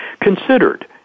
considered